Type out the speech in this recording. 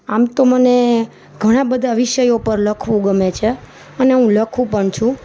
આમ તો મને ઘણા બધા વિષયો પર લખવું ગમે છે અને હું લખું પણ છું